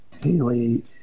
daily